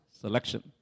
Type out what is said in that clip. selection